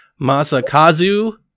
Masakazu